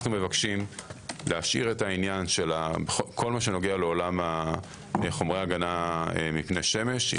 אנחנו מבקשים להשאיר את כל מה שנוגע לעולם חומרי ההגנה מפני שמש.